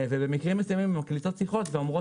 ובמקרים מסוימים הן מקליטות שיחות ואומרות